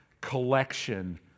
collection